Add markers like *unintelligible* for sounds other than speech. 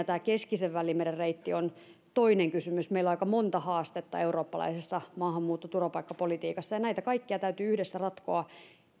*unintelligible* tämä keskisen välimeren reitti on toinen kysymys meillä on aika monta haastetta eurooppalaisessa maahanmuutto ja turvapaikkapolitiikassa ja näitä kaikkia täytyy yhdessä ratkoa